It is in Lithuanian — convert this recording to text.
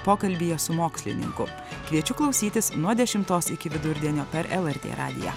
pokalbyje su mokslininku kviečiu klausytis nuo dešimtos iki vidurdienio per lrt radiją